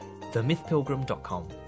themythpilgrim.com